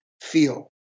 feel